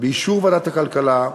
באישור ועדת הכלכלה,